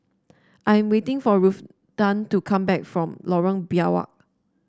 I am waiting for to come back from Lorong Biawak